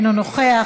אינו נוכח,